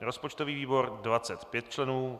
rozpočtový výbor 25 členů